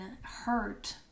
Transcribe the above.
hurt